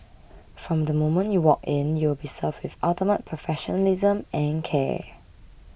from the moment you walk in you will be served with ultimate professionalism and care